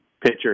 pitcher